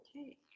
okay